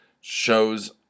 shows